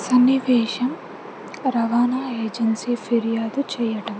సన్నివేశం రవాణా ఏజెన్సీ ఫిర్యాదు చేయటం